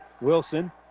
Wilson